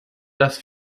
dass